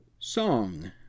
Song